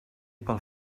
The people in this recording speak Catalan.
pel